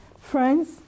Friends